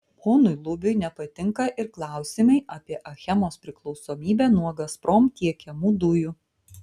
ponui lubiui nepatinka ir klausimai apie achemos priklausomybę nuo gazprom tiekiamų dujų